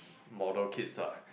model kits ah